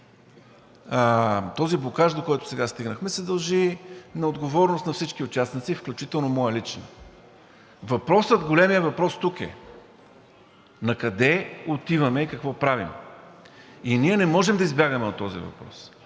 този блокаж, до който сега стигнахме, се дължи на отговорността на всички участници, включително моята лична. Големият въпрос тук е накъде отиваме и какво правим и ние не можем да избягаме от този въпрос.